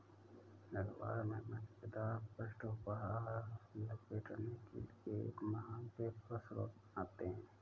अख़बार में मज़ेदार पृष्ठ उपहार लपेटने के लिए एक महान पेपर स्रोत बनाते हैं